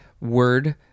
word